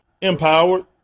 Empowered